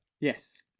Yes